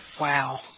Wow